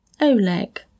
Oleg